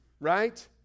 Right